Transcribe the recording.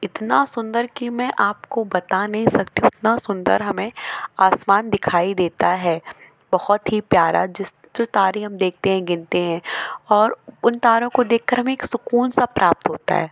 इतना सुंदर कि मैं आपको बता नहीं सकती हूँ इतना सुंदर हमें आसमान दिखाई देता है बहुत ही प्यारा जिस जो तारे हम देखते हैं गिनते हैं और उन तारों को देख कर हमें एक सुकून सा प्राप्त होता है